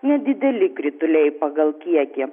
nedideli krituliai pagal kiekį